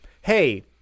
hey